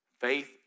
Faith